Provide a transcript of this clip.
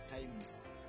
times